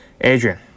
Adrian